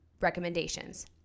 recommendations